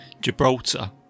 Gibraltar